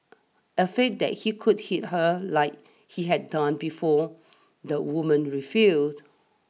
afraid that he could hit her like he had done before the woman refused